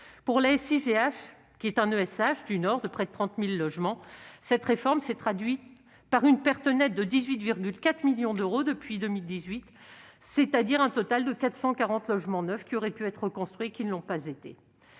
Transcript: pour l'habitat (ESH) de près de 30 000 logements, la réforme s'est traduite par une perte nette de 18,4 millions d'euros depuis 2018, l'équivalent de 440 logements neufs qui auraient pu être construits et qui ne l'ont pas été